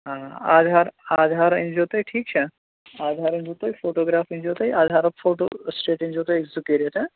آ آدھار آدھار أنزیٚو تُہۍ ٹھیٖک چھا آدھار أنزیٚو تُہۍ فوٹوٗگراف أنزیٚو تُہۍ آدھارُک فوٹوٗسِٹیٹ أنزیٚو تُہۍ زٕ کٔرِتھ